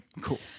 cool